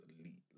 elite